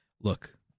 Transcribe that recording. look